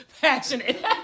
passionate